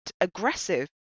aggressive